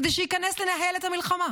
כדי שייכנס לנהל את המלחמה,